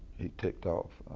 ticked off,